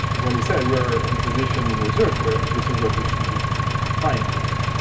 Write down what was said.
as when you say, we're in a position in research where this is what we should be trying at least,